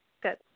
Good